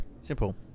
Simple